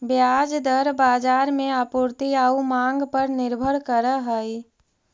ब्याज दर बाजार में आपूर्ति आउ मांग पर निर्भर करऽ हइ